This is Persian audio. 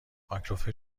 مایکروفر